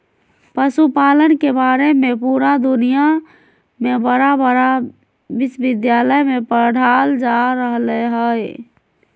पशुपालन के बारे में पुरा दुनया में बड़ा बड़ा विश्विद्यालय में पढ़ाल जा रहले हइ